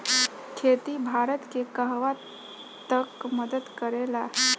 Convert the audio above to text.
खेती भारत के कहवा तक मदत करे ला?